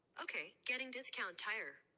ok, getting discount tire.